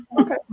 Okay